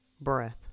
breath